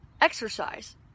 exercise